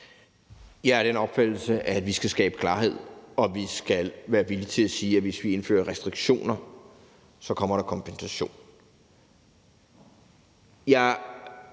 Jeg er af den opfattelse, at vi skal skabe klarhed, og at vi skal være villige til at sige, at hvis vi indfører restriktioner, kommer der kompensation.